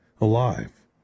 alive